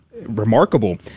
remarkable